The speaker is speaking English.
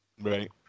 Right